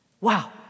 Wow